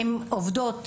הן עובדות,